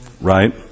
right